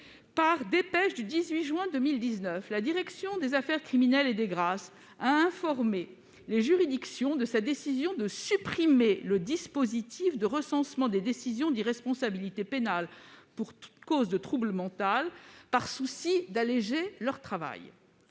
Par dépêche du 18 juin 2019, la direction des affaires criminelles et des grâces a informé les juridictions de sa décision de supprimer le dispositif de recensement des décisions d'irresponsabilité pénale pour cause de trouble mental, par souci d'alléger leur travail.